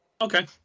okay